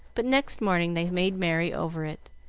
but next morning they made merry over it,